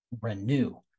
renew